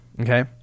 Okay